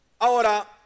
ahora